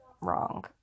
wrong